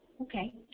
Okay